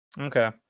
Okay